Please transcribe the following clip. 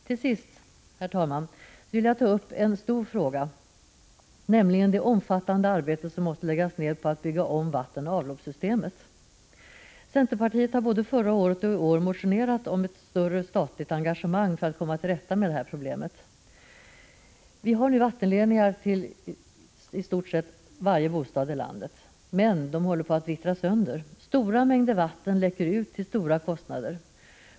Till sist vill jag ta upp en stor fråga, nämligen det omfattande arbete som måste läggas ned på ombyggnad av vattenoch avloppssystemet. Vi i centerpartiet har både förra året och i år motionerat om ett större statligt engagemang för att man skall kunna komma till rätta med detta problem. Det finns vattenledningar till i stort sett varje bostad här i landet. Men ledningarna håller på att vittra sönder. Stora mängder vatten läcker ut till stora kostnader.